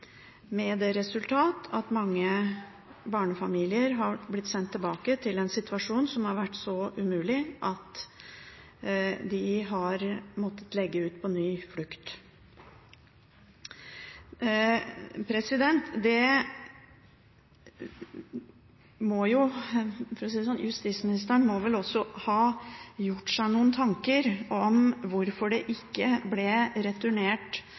med det resultat at mange barnefamilier har blitt sendt tilbake til en situasjon som har vært så umulig at de har måttet legge ut på en ny flukt. Justisministeren må vel også – for å si det sånn – ha gjort seg noen tanker om hvorfor det ikke ble returnert